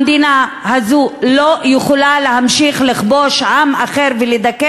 המדינה הזו לא יכולה להמשיך לכבוש עם אחר ולדכא